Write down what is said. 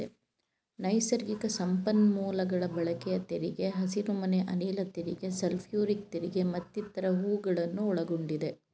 ನೈಸರ್ಗಿಕ ಸಂಪನ್ಮೂಲಗಳ ಬಳಕೆಯ ತೆರಿಗೆ, ಹಸಿರುಮನೆ ಅನಿಲ ತೆರಿಗೆ, ಸಲ್ಫ್ಯೂರಿಕ್ ತೆರಿಗೆ ಮತ್ತಿತರ ಹೂಗಳನ್ನು ಒಳಗೊಂಡಿದೆ